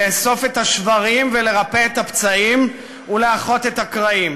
לאסוף את השברים ולרפא את הפצעים ולאחות את הקרעים.